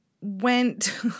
went